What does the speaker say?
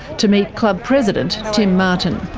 to meet club president tim martin.